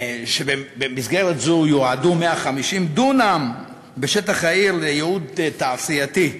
ובמסגרת זו יועדו 150 דונם בשטח העיר לשימוש תעשייתי.